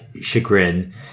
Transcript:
chagrin